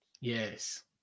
Yes